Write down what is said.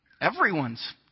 Everyone's